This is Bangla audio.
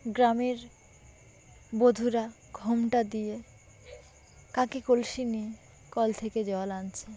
গ্রামের বধুরা ঘোমটা দিয়ে কাঁখে কলসি নিয়ে কল থেকে জল আনছে